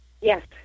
Yes